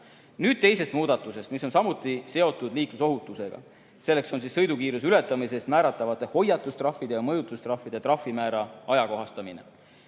Nüüd teisest muudatusest, mis on samuti seotud liiklusohutusega. Selleks on sõidukiiruse ületamise eest määratavate hoiatustrahvide ja mõjutustrahvide määra ajakohastamine.